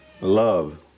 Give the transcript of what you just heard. Love